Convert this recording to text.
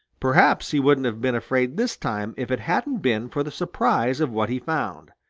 perhaps he wouldn't have been afraid this time if it hadn't been for the surprise of what he found.